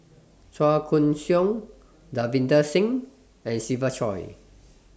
Chua Koon Siong Davinder Singh and Siva Choy